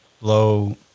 low